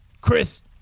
Chris